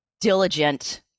diligent